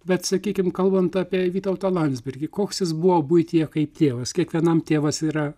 bet sakykim kalbant apie vytautą landsbergį koks jis buvo buityje kaip tėvas kiekvienam tėvas yra